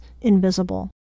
invisible